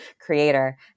creator